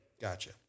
Gotcha